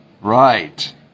Right